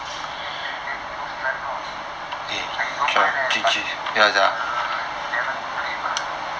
mm drink then those drive how I don't mind leh but then darren 可以吗